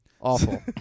Awful